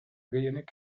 gehienek